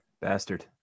Bastard